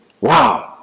Wow